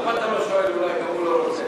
למה אתה לא שואל, אולי גם הוא לא רוצה?